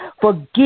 Forgive